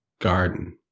garden